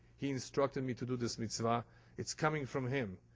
he instructed me to do this mitzvah it's coming from him.